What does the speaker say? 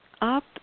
up